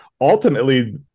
Ultimately